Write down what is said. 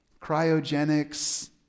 cryogenics